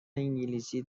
انگلیسی